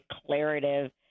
declarative